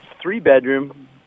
three-bedroom